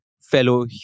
fellow